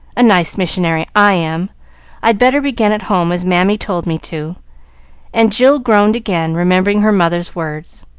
a nice missionary i am i'd better begin at home, as mammy told me to and jill groaned again, remembering her mother's words.